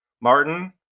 Martin